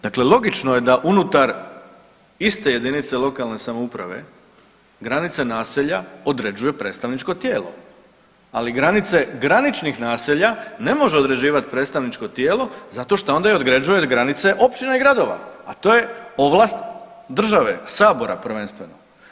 Dakle, logično je da unutar iste jedinice lokalne samouprave granice naselja određuje predstavničko tijelo, ali granice graničnih naselja ne može određivati predstavničko tijelo zato šta onda određuje i granice općina i gradova, a to je ovlast države, Sabora prvenstveno.